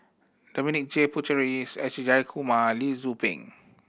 Dominic J Puthucheary S Jayakumar Lee Tzu Pheng